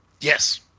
Yes